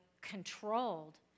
controlled